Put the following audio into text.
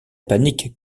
panique